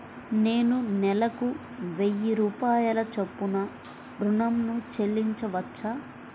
నేను నెలకు వెయ్యి రూపాయల చొప్పున ఋణం ను చెల్లించవచ్చా?